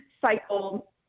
cycle